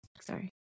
Sorry